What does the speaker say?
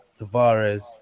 Tavares